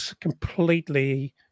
Completely